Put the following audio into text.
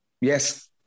Yes